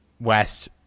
West